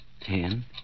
Ten